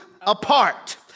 apart